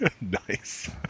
nice